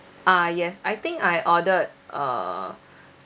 ah yes I think I ordered uh